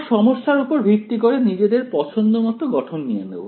আমরা সমস্যার উপর ভিত্তি করে নিজেদের পছন্দমত গঠন নিয়ে নেব